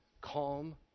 Calm